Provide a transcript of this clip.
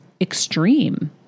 extreme